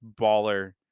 baller